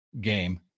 game